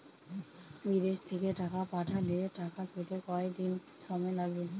বিদেশ থেকে টাকা পাঠালে টাকা পেতে কদিন সময় লাগবে?